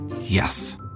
Yes